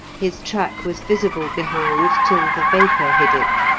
his track was visible behind till the vapour hid it.